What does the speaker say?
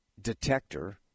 detector